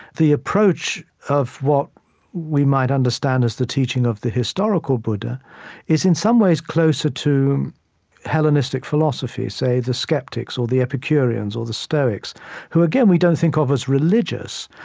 the approach of what we might understand as the teaching of the historical buddha is in some ways closer to hellenistic philosophies say, the skeptics or the epicureans or the stoics who, again, we don't think of as religious,